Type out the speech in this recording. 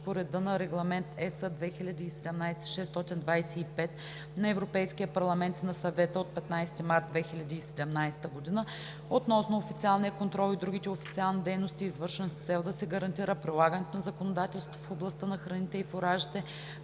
по реда на Регламент (EС) 2017/625 на Европейския парламент и на Съвета от 15 март 2017 г. относно официалния контрол и другите официални дейности, извършвани с цел да се гарантира прилагането на законодателството в областта на храните и фуражите,